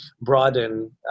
broaden